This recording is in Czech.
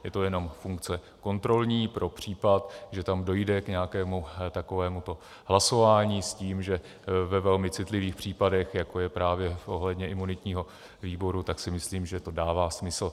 Je to jen funkce kontrolní pro případ, že tam dojde k nějakému takovémuto hlasování s tím, že ve velmi citlivých případech, jako je právě ohledně imunitního výboru, si myslím, že to dává smysl.